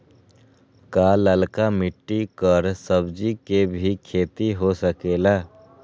का लालका मिट्टी कर सब्जी के भी खेती हो सकेला?